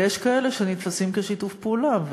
ויש כאלה שנתפסים כשיתוף פעולה.